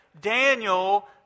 Daniel